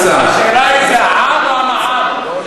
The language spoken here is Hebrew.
השאלה היא עם העם או עם המע"מ.